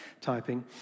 typing